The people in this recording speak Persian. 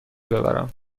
ببرم